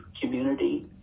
community